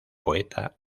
poeta